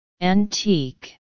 antique